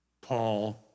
Paul